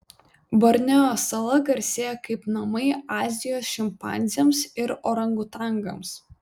borneo sala garsėja kaip namai azijos šimpanzėms ir orangutangams